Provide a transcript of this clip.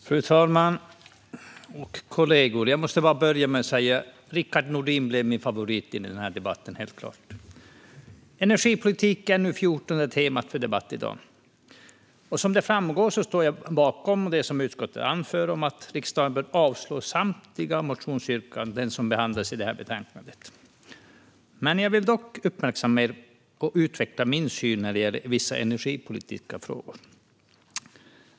Fru talman och kollegor! Låt mig börja med att säga att Rickard Nordin helt klart är min favorit i denna debatt. Energipolitik, NU14, är temat för dagens debatt. Som framgår står jag bakom det utskottet anför om att riksdagen bör avslå samtliga motionsyrkanden som behandlas i detta betänkande. Jag ska dock uppmärksamma er på och utveckla min syn på vissa energipolitiska frågor.